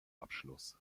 abschluss